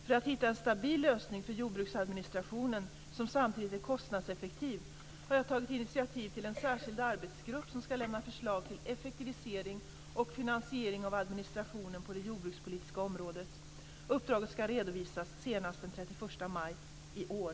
För att hitta en stabil lösning för jordbruksadministrationen, som samtidigt är kostnadseffektiv, har jag tagit initiativ till en särskild arbetsgrupp som ska lämna förslag till effektivisering och finansiering av administrationen på det jordbrukspolitiska området. Uppdraget ska redovisas senast den 31 maj i år.